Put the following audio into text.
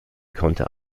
konnte